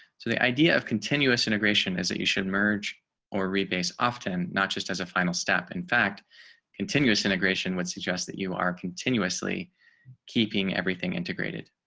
so the idea of continuous integration is that you should merge or rebates often not just as a final step in fact continuous integration would suggest that you are continuously keeping everything integrated